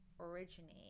originate